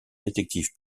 détective